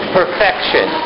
perfection